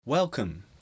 Welcome